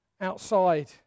outside